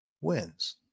wins